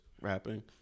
rapping